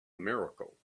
miracle